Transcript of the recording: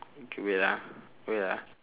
okay wait ah wait ah